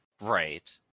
Right